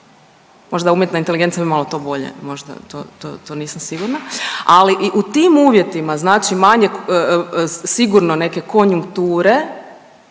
Možda bi umjetna inteligencija malo bolje možda to nisam sigurna. Ali i u tim uvjetima manjak sigurno neke konjunkture